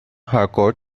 harcourt